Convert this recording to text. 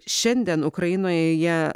šiandien ukrainoje